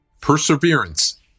Perseverance